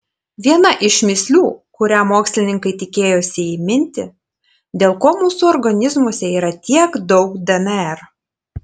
viena iš mįslių kurią mokslininkai tikėjosi įminti dėl ko mūsų organizmuose yra tiek daug dnr